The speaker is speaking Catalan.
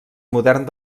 modern